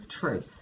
truth